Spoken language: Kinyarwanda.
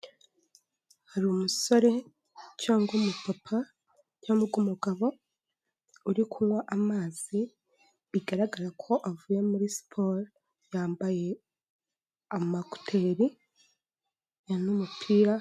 Hari umusore cyangwa umupapa cyangwa umugabo uri kunywa amazi bigaragara ko avuye muri siporo. Yambaye amakuteri ya n'umupira.